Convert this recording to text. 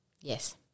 Yes